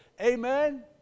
Amen